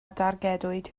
dargedwyd